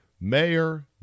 mayor